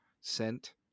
sent